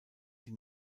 sie